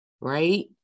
right